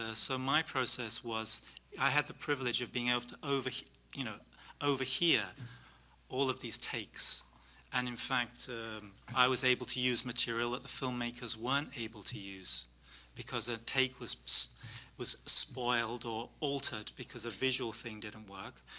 ah so my process was i had the privilege of being able to over you know overhear all of these takes and in fact i was able to use material that the filmmakers weren't able to use because the ah tape was so was spoiled or altered because the visual thing didn't work,